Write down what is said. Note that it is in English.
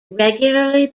regularly